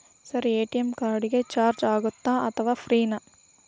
Sir ATM card ಗೆ charge ಆಗುತ್ತಾ ಅಥವಾ ಫ್ರೇ ನಾ?